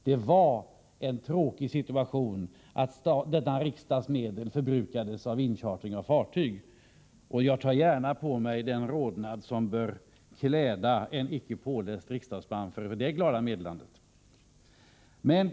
Det var en tråkig situation när riksdagens medel förbrukades genom inchartring av fartyg. Jag tar gärna på mig den rodnad som bör kläda en ickepåläst riksdagsman inför detta glada meddelande.